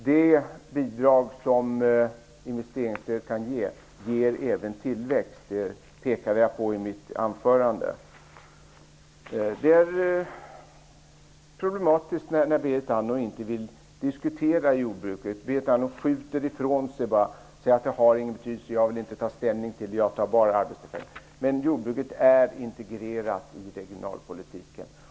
Det bidrag som ett investeringsstöd kan ge ger även tillväxt. Det pekade jag på i mitt anförande. Det är problematiskt när Berit Andnor inte vill diskutera jordbruket. Berit Andnor skjuter detta ifrån sig och säger bara att det inte har någon betydelse och att hon inte tar ställning till det. Men jordbruket är integrerat i regionalpolitiken.